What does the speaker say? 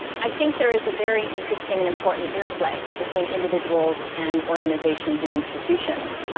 i think there is a very interesting and important interplay between individuals, and organizations, and institutions.